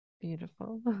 Beautiful